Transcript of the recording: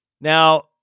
Now